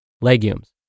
legumes